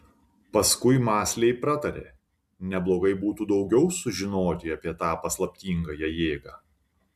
paskui mąsliai pratarė neblogai būtų daugiau sužinoti apie tą paslaptingąją jėgą